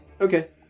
Okay